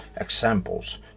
examples